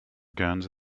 guns